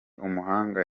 umuhanga